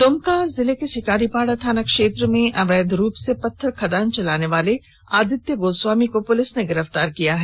दुमका जिले शिकारीपाड़ा थाना क्षेत्र अवैध रूप से पत्थर खदान चलाने वाले आदित्य गोस्वामी को पुलिस ने गिरफ्तार कर लिया है